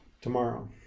Tomorrow